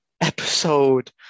episode